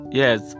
yes